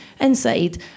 inside